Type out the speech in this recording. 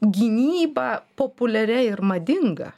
gynybą populiaria ir madinga